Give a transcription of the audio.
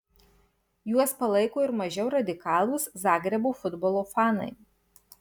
juos palaiko ir mažiau radikalūs zagrebo futbolo fanai